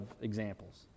examples